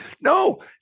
No